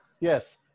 Yes